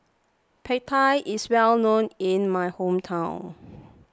Pad Thai is well known in my hometown